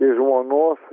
iš žmonos